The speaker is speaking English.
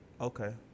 Okay